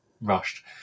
rushed